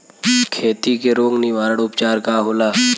खेती के रोग निवारण उपचार का होला?